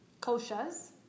koshas